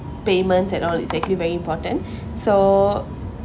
payments and all is actually very important so